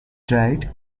dried